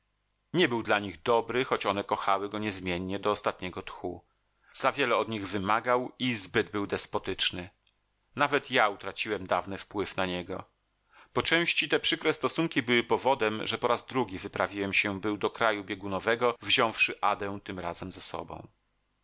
nie był dla nich dobry choć one kochały go niezmiennie do ostatniego tchu za wiele od nich wymagał i zbyt był despotyczny nawet ja utraciłem dawny wpływ na niego po części te przykre stosunki były powodem że po raz drugi wyprawiłem się był do kraju biegunowego wziąwszy adę tym razem ze sobą